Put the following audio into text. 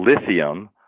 lithium